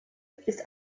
ist